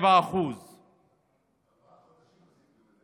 7% בארבעה חודשים עשיתם את זה?